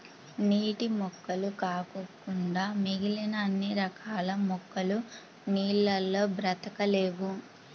నీటి మొక్కలు కాకుండా మిగిలిన అన్ని రకాల మొక్కలు నీళ్ళల్లో బ్రతకలేవు